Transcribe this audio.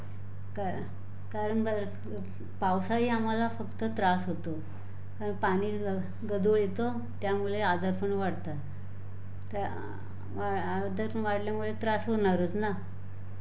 काअ कारण भर पावसाई आम्हाला फक्त त्रास होतो कारण पाणी ग गढूळ येतं त्यामुळे आजारपण वाढतं ते आदर मारल्यामुळे त्रास होणारच ना